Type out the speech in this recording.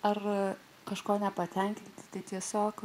ar kažko nepatenkinti tai tiesiog